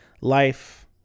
life